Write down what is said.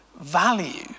value